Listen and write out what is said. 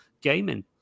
gaming